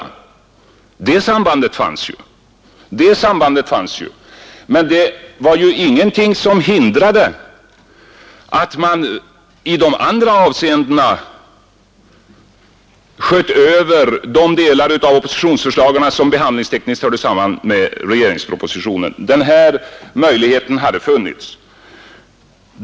Det sambandet fanns ju. Men det var ingenting som hindrade att man i de andra avseendena sköt över de delar av oppositionsförslagen som behandlingstekniskt hörde samman med regeringspropositionen. Den här möjligheten hade funnits.